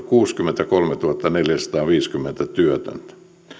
kuusikymmentäkolmetuhattaneljäsataaviisikymmentä työtöntä